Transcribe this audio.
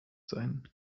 sein